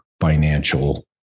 financial